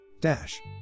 Dash